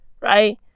Right